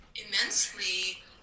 immensely